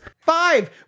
Five